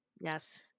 Yes